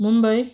Mumbai